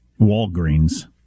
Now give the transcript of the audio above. Walgreens